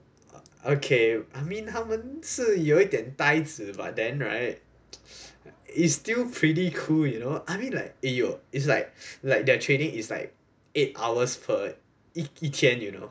okay I mean 他们是有一点呆子 but then right it is still pretty cool you know I mean like !aiyo! it's like like their training is like eight hours per 一天 and you know